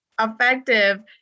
effective